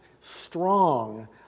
strong